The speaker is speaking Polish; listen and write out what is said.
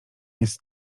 jest